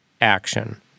action